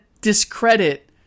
discredit